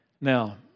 Now